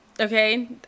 Okay